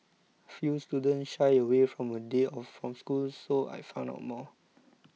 few students shy away from a day off from school so I found out more